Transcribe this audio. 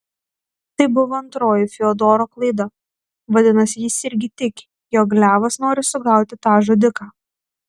tai buvo antroji fiodoro klaida vadinasi jis irgi tiki jog levas nori sugauti tą žudiką